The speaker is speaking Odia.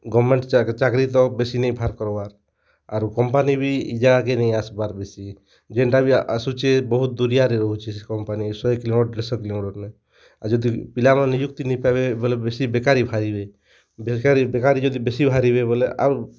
ଗଭର୍ଣ୍ଣମେଣ୍ଟ୍ ଚାକିର୍ ତ ବେଶୀ ନେଇ ବାହାର୍ କରବାର୍ ଆରୁ କମ୍ପାନୀ ବି ଇ ଜାଗାକେ ନେଇ ଆସବାର୍ ବେଶୀ ଯେନ୍ତା ବି ଆସୁଛି ବହୁତ ଦୁରିଆ ରେ ରହୁଛି ସେ କମ୍ପାନୀ ଶହେ କିଲୋ ମିଟର କିଲୋ ମିଟର ନେ ଆଉ ଯଦି ପିଲାମାନେ ନିଯୁକ୍ତି ନେଇ ପାଇବେ ବେଲେ ବେଶୀ ବେକାରୀ ବାହାରିବେ ବେକାରୀ ବେକାରୀ ଯଦି ବେଶୀ ବାହାରିବେ ବୋଲେ ଆରୁ